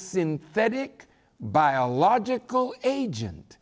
sin thetic biological agent